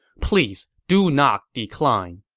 please do not decline.